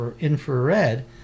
infrared